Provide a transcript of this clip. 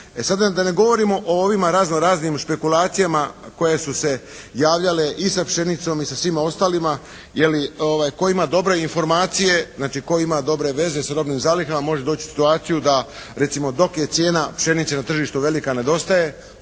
sad da ne govorimo o ovima razno raznim špekulacijama koje su se javljale i sa pšenicom i sa svima ostalima je li, tko ima dobre informacije, znači tko ima dobre veze s robnim zalihama može doći u situaciju da recimo dok je cijena pšenice na tržištu velika nedostaje.